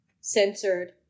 censored